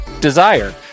Desire